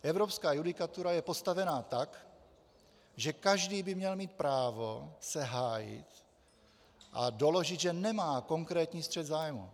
Evropská judikatura je postavena tak, že každý by měl mít právo se hájit a doložit, že nemá konkrétní střet zájmů.